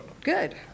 good